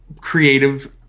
creative